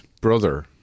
brother